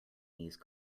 these